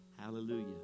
Hallelujah